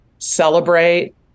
celebrate